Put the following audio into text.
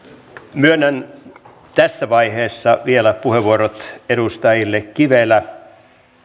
myönnän tässä vaiheessa vielä puheenvuorot edustajille kivelä